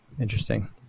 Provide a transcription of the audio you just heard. interesting